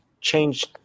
change